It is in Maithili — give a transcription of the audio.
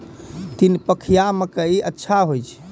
तीन पछिया मकई अच्छा होय छै?